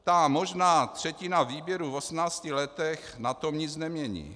Ta možná třetina výběru v 18 letech na tom nic nemění.